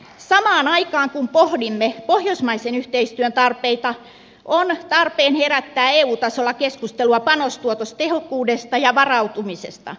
samaan aikaan kun pohdimme pohjoismaisen yhteistyön tarpeita on tarpeen herättää eun tasolla keskustelua panostuotos tehokkuudesta ja varautumisesta